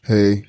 Hey